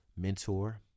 Mentor